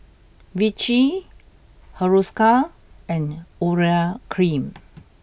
Vichy Hiruscar and Urea Cream